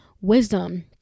wisdom